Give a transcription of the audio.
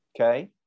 Okay